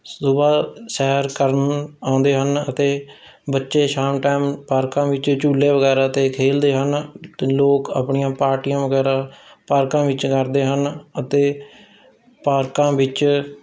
ਸੁਬਾਹ ਸੈਰ ਕਰਨ ਆਉਂਦੇ ਹਨ ਅਤੇ ਬੱਚੇ ਸ਼ਾਮ ਟਾਈਮ ਪਾਰਕਾਂ ਵਿੱਚ ਝੁੱਲੇ ਵਗੈਰਾ 'ਤੇ ਖੇਡਦੇ ਹਨ ਅਤੇ ਲੋਕ ਆਪਣੀਆਂ ਪਾਰਟੀਆਂ ਵਗੈਰਾ ਪਾਰਕਾਂ ਵਿੱਚ ਕਰਦੇ ਹਨ ਅਤੇ ਪਾਰਕਾਂ ਵਿੱਚ